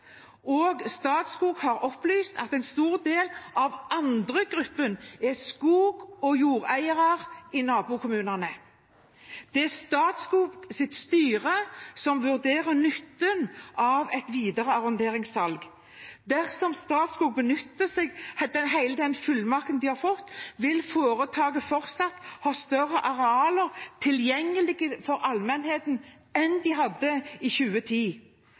Statskog har opplyst at en stor del av andre-gruppen er skog- og jordeiere i nabokommunene. Det er Statskogs styre som vurderer nytten av et videre arronderingssalg. Dersom Statskog benytter seg av hele den fullmakten de har fått, vil foretaket fortsatt ha større arealer tilgjengelig for allmennheten enn de hadde i 2010.